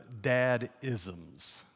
dad-isms